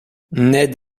ned